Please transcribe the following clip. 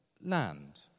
land